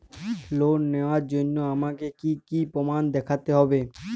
Loan নেওয়ার জন্য আমাকে কী কী প্রমাণ দেখতে হবে?